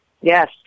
Yes